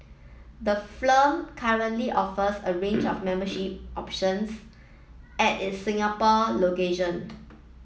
the currently offers a range of membership options at its Singapore location